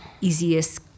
easiest